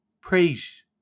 praise